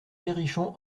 perrichon